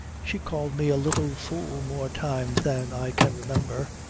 she called me a little fool more times than i can remember.